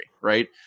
Right